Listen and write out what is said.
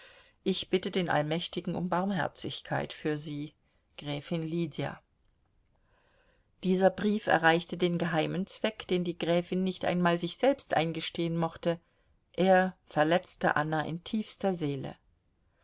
ich bitte den allmächtigen um barmherzigkeit für sie gräfin lydia dieser brief erreichte den geheimen zweck den die gräfin nicht einmal sich selbst eingestehen mochte er verletzte anna in tiefster seele